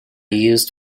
used